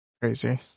Crazy